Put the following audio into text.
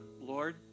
Lord